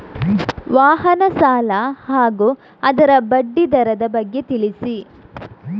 ವಾಹನ ಸಾಲ ಹಾಗೂ ಅದರ ಬಡ್ಡಿ ದರದ ಬಗ್ಗೆ ತಿಳಿಸಿ?